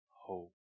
hope